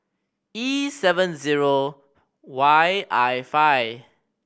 E seven zero Y I five